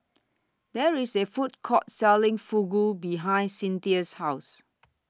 There IS A Food Court Selling Fugu behind Cynthia's House